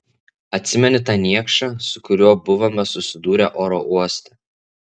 atsimeni tą niekšą su kuriuo buvome susidūrę oro uoste